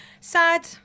sad